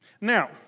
Now